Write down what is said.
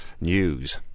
News